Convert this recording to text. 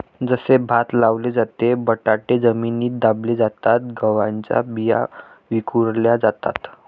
जसे भात लावले जाते, बटाटे जमिनीत दाबले जातात, गव्हाच्या बिया विखुरल्या जातात